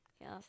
yes